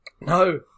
No